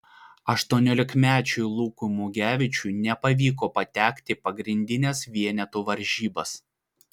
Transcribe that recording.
aštuoniolikmečiui lukui mugevičiui nepavyko patekti pagrindines vienetų varžybas